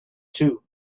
too